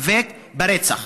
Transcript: בלהיאבק ברצח.